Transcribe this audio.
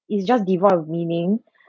it's just devoid of meaning